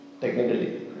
Technically